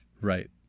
Right